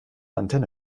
antenne